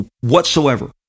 whatsoever